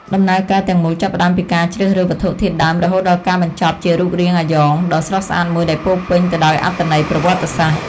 ដំណើរការទាំងមូលចាប់ផ្តើមពីការជ្រើសរើសវត្ថុធាតុដើមរហូតដល់ការបញ្ចប់ជារូបរាងអាយ៉ងដ៏ស្រស់ស្អាតមួយដែលពោរពេញទៅដោយអត្ថន័យប្រវត្តិសាស្ត្រ។